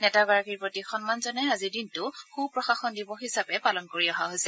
নেতাগৰাকীৰ প্ৰতি সন্মান জনাই আজিৰ দিনটো সূ প্ৰশাসন দিৱস হিচাপে পালন কৰি অহা হৈছে